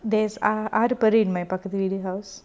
there's ah aaruparith my பக்கத்து வீடு:pakkathu veedu house